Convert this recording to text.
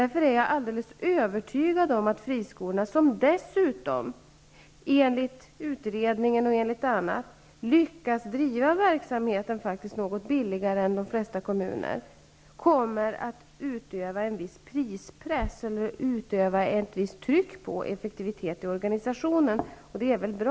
Därför är jag alldeles övertygad om att friskolorna, som dessutom enligt bl.a. utredningar lyckas driva verksamheten något billigare än de flesta kommunala skolor, kommer att utöva ett visst tryck på effektivitet i organisationen. Det är väl bra?